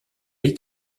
est